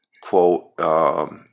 quote